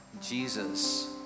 Jesus